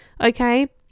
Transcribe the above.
okay